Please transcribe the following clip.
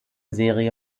serie